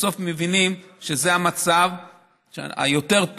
בסוף מבינים שזה המצב היותר-טוב,